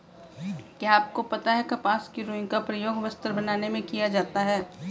क्या आपको पता है कपास की रूई का प्रयोग वस्त्र बनाने में किया जाता है?